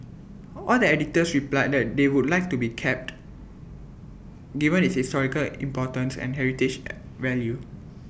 all the editors replied that they would like IT to be kept given its historical importance and heritage value